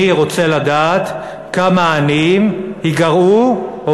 אני רוצה לדעת כמה עניים ייגרעו או